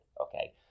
Okay